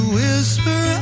whisper